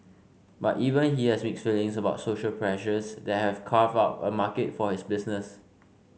but even he has mixed feelings about social pressures that have carved out a market for his business